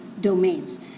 domains